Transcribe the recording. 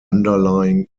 underlying